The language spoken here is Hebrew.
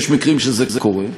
יש מקרים שזה קורה.